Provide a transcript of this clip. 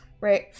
Right